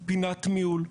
פינת מיון,